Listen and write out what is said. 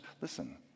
listen